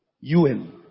UN